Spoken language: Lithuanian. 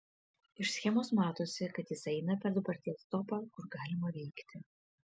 iš schemos matosi kad jisai eina per dabarties topą kur galima veikti